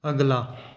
ਅਗਲਾ